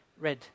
Red